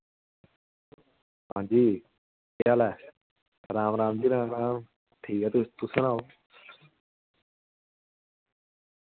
आं जी केह् हाल ऐ राम राम जी राम राम ठीक ऐ तुस सनाओ